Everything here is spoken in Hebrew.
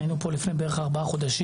היינו פה לפני בערך 4 חודשים.